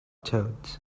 toads